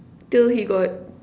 till he got